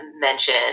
mention